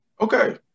Okay